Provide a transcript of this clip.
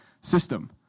system